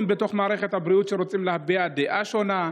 בתוך מערכת הבריאות שרוצים להביע דעה שונה,